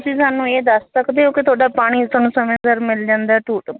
ਤੁਸੀਂ ਸਾਨੂੰ ਇਹ ਦੱਸ ਸਕਦੇ ਹੋ ਕਿ ਤੁਹਾਡਾ ਪਾਣੀ ਤੁਹਾਨੂੰ ਸਮੇਂ ਸਿਰ ਮਿਲ ਜਾਂਦਾ ਧੂਤ